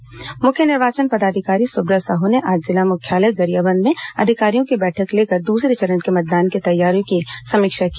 सुब्रत साहू दौरा मुख्य निर्वाचन पदाधिकारी सुब्रत साहू ने आज जिला मुख्यालय गरियाबंद में अधिकारियों की बैठक लेकर दूसरे चरण के मतदान की तैयारियों की समीक्षा की